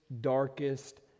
darkest